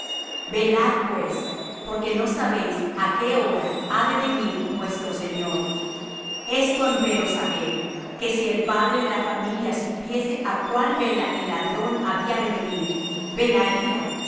velad pues porque no sabéis á qué hora ha de venir vuestro señor esto empero sabed que si el padre de la familia supiese á cuál vela el ladrón había de venir velaría